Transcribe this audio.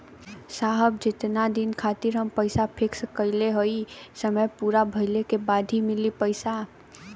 साहब जेतना दिन खातिर हम पैसा फिक्स करले हई समय पूरा भइले के बाद ही मिली पैसा?